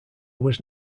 was